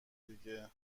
دیگه